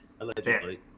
allegedly